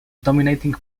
dominating